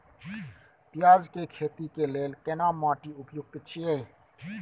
पियाज के खेती के लेल केना माटी उपयुक्त छियै?